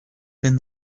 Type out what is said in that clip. been